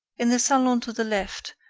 in the salon to the left,